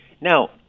Now